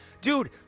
dude